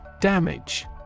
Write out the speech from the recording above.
Damage